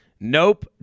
Nope